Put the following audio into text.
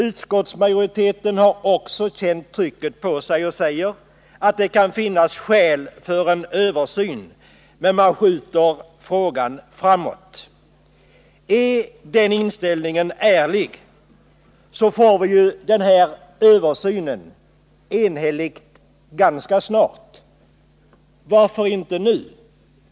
Utskottsmajoriteten har också känt trycket på sig och säger att det kan finnas skäl för en översyn, men man skjuter frågan framåt. Är den inställningen ärlig, får vi ju den här översynen — enhälligt — ganska snart. Varför inte nu?